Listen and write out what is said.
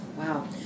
Wow